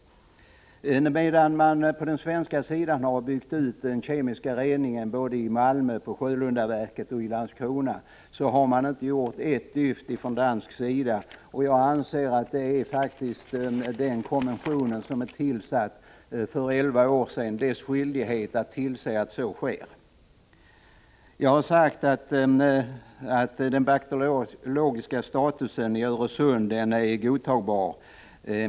Medan man på den svenska sidan har byggt ut den kemiska reningen både i Malmö på Sjölundaverket och i Landskrona har man på den danska sidan inte gjort ett dyft. Jag anser att den kommission som tillsattes för elva år sedan faktiskt har skyldighet att se till att någonting sker. Den bakteriologiska statusen i Öresund är godtagbar.